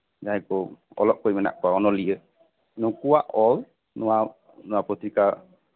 ᱡᱟᱦᱟᱸᱭ ᱠᱚ ᱚᱞᱚᱜ ᱠᱚ ᱢᱮᱱᱟᱜ ᱠᱚᱣᱟ ᱚᱱᱚᱞᱤᱭᱟᱹ ᱱᱩᱠᱩᱣᱟᱜ ᱚᱞ ᱱᱚᱣᱟ ᱱᱚᱣᱟ ᱯᱚᱛᱨᱤᱠᱟ